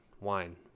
wine